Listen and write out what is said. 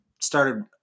Started